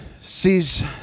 sees